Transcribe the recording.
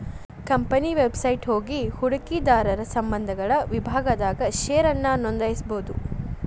company website ಹೋಗಿ ಹೂಡಕಿದಾರರ ಸಂಬಂಧಗಳ ವಿಭಾಗದಾಗ ಷೇರನ್ನ ನೋಂದಾಯಿಸಬೋದು